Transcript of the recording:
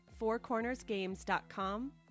fourcornersgames.com